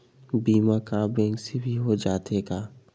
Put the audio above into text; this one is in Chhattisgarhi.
बीमा का बैंक से भी हो जाथे का?